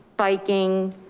biking,